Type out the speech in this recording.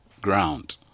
ground